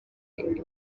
imana